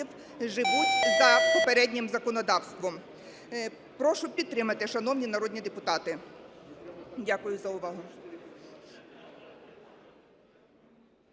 живуть за попереднім законодавством. Прошу підтримати, шановні народні депутати. Дякую за увагу.